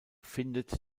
findet